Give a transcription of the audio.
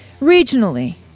Regionally